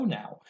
now